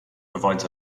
provides